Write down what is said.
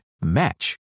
match